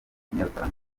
nyarutarama